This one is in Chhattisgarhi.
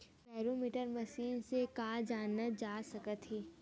बैरोमीटर मशीन से का जाना जा सकत हे?